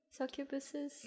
Succubuses